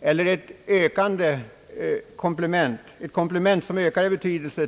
till hemmens verksamhet eller som ett komplement som ökar i betydelse.